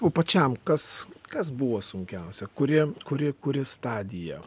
o pačiam kas kas buvo sunkiausia kurie kuri kuri stadija